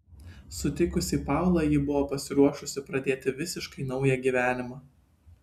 sutikusi paulą ji buvo pasiruošusi pradėti visiškai naują gyvenimą